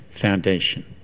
foundation